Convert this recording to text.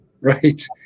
Right